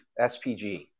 SPG